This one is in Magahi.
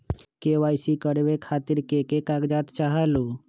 के.वाई.सी करवे खातीर के के कागजात चाहलु?